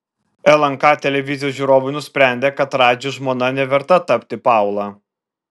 lnk televizijos žiūrovai nusprendė kad radži žmona neverta tapti paula